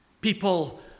people